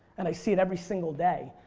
and i see it every single day.